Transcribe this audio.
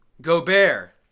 Gobert